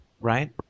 right